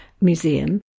museum